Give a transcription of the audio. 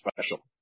special